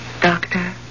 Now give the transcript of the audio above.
Doctor